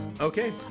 Okay